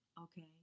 okay